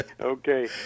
Okay